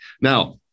Now